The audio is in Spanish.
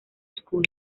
school